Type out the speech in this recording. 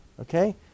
Okay